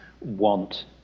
want